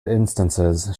instances